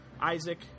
Isaac